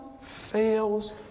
fails